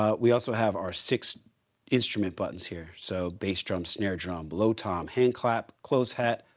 ah we also have our six instrument buttons here. so bass drum, snare drum, low tom, handclap, closed-hat,